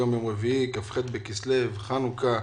היום יום רביעי כ"ח בכסלו, חנוכה,